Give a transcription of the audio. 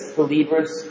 believers